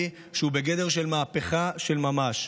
מינהלי, שהוא בגדר של מהפכה של ממש.